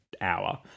hour